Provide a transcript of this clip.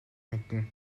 мэднэ